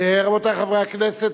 רבותי חברי הכנסת,